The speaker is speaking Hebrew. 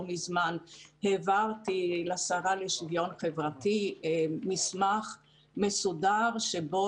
לא מזמן העברתי לשרה לשוויון חברתי מסמך שבו